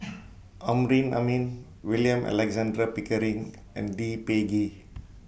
Amrin Amin William Alexander Pickering and Lee Peh Gee